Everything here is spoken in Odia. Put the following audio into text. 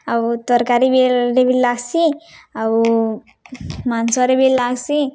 ଆଉ ତରକାରୀରେ ବି ଲାଗ୍ସି ଆଉ ମାଂସରେ ବି ଲାଗ୍ସି